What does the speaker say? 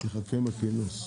נניח מה המצב,